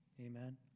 Amen